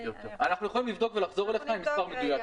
אנחנו יכולים לבדוק ולחזור אליך עם מספר מדויק,